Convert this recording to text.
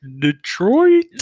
Detroit